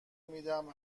میدم